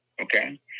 Okay